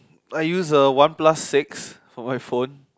I use uh one plus six for my phone